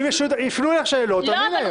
יפנו אלייך שאלות ותעני להם.